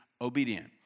obedient